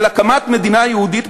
על הקמת מדינה יהודית,